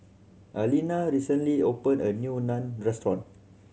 Aleena recently opened a new Naan Restaurant